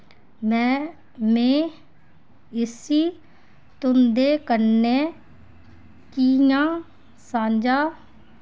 में इस्सी तुं'दे कन्नै कि'यां सांझा